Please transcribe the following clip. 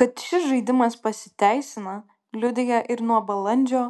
kad šis žaidimas pasiteisina liudija ir nuo balandžio